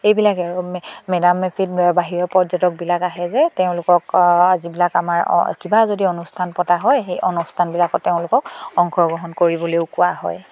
এইবিলাকে আৰু মেডাম মেফিত বাহিৰৰ পৰ্যটকবিলাক আহে যে তেওঁলোকক যিবিলাক আমাৰ কিবা যদি অনুষ্ঠান পতা হয় সেই অনুষ্ঠানবিলাকত তেওঁলোকক অংশগ্ৰহণ কৰিবলৈও কোৱা হয়